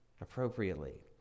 appropriately